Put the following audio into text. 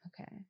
Okay